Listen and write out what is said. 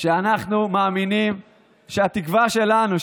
שאנחנו מאמינים שהתקווה שלנו,